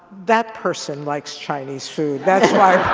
that person likes chinese food, that's why